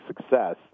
success